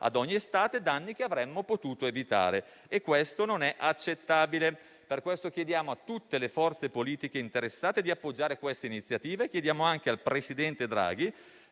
ogni estate i danni che avremmo potuto evitare, e ciò non è accettabile. Chiediamo pertanto a tutte le forze politiche interessate di appoggiare queste iniziative e anche al presidente Draghi